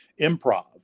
improv